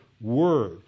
word